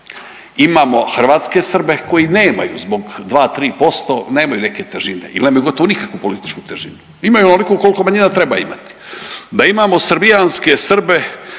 Imamo hrvatske Srbe koji nemaju zbog dva, tri posto nemaju neke težine ili nemaju gotovo nikakvu političku težinu. Imaju onoliko koliko manjina treba imati. Da imamo srbijanske srbe